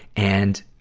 and,